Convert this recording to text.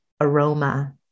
aroma